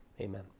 Amen